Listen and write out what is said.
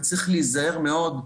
וצריך להיזהר מאוד,